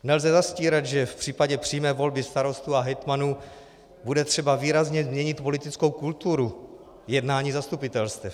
Nelze zastírat, že v případě přímé volby starostů a hejtmanů bude třeba výrazně změnit politickou kulturu jednání zastupitelstev.